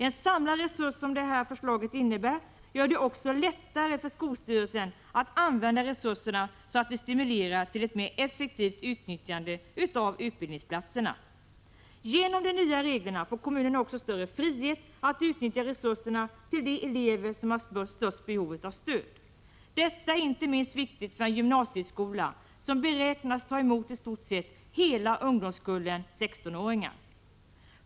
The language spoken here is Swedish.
En samlad resurs, som det här förslaget innebär, gör det också lättare för skolstyrelsen att använda resurserna så att de stimulerar till ett mer effektivt utnyttjande av utbildningsplatserna. Genom de nya reglerna får kommunerna också större frihet att utnyttja resurserna till de elever som har störst behov av stöd. Detta är inte minst viktigt för en gymnasieskola som beräknas ta emot i stort sett hela ungdomskullen 16-åringar.